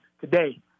today